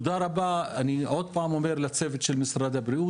אני עוד פעם אומר לצוות של משרד הבריאות